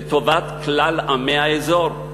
לטובת כלל עמי האזור,